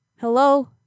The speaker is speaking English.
Hello